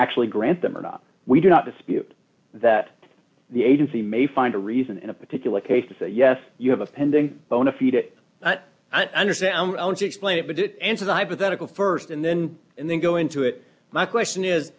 actually grant them or not we do not dispute that the agency may find a reason in a particular case to say yes you have a pending bona feed it i understand owns explain it but it answer the hypothetical st and then and then go into it my question is